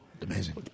Amazing